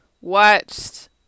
watched